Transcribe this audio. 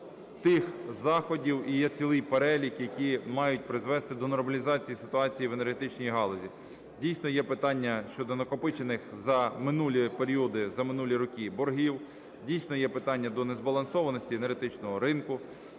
тих заходів, і є цілий перелік, які мають призвести до нормалізації ситуації в енергетичній галузі. Дійсно є питання щодо накопичених за минулі періоди, за минулі роки боргів, дійсно є питання до незбалансованості енергетичного ринку,